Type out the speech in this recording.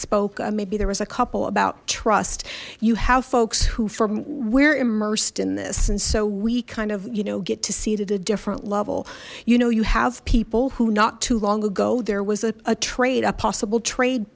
spoke maybe there was a couple about trust you have folks who from we're immersed in this and so we kind of you know get to see it at a different level you know you have people who not too long ago there was a trade a possible trade